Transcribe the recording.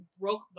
broke